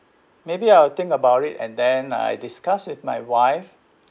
maybe I'll think about it and then I discuss with my wife